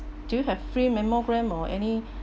do have free mammogram or any